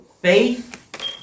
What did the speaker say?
faith